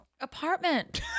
apartment